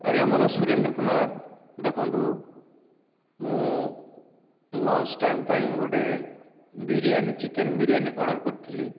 ଆଜ୍ଞା ମୋ' ନାଁ ସୁରେନ୍ଦ୍ର କୁମାର ଦେଖନ୍ତୁ ମୁଁ ଲଞ୍ଚ ଟାଇମ୍ ପାଇଁ ଗୋଟିଏ ବିରିୟାନୀ ଚିକେନ୍ ବିରିୟାନୀ ଅର୍ଡ଼ର କରିଥିଲି